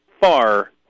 far